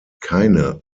keine